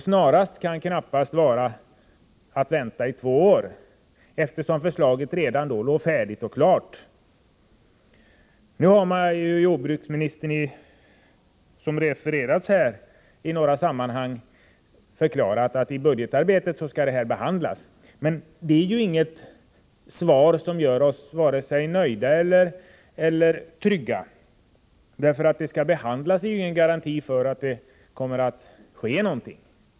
Snarast kan knappast vara att vänta i två år, eftersom förslaget redan då låg färdigt och klart. Jordbruksministern har, som refererats här, i några sammanhang förklarat att frågan skall behandlas i budgetarbetet. Men det är inget svar som gör oss vare sig nöjda eller trygga. Att frågan skall behandlas är ju ingen garanti för att det kommer att ske någonting.